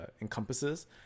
encompasses